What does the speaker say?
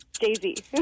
Daisy